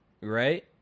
right